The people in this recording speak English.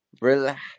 relax